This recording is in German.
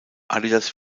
adidas